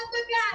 לא.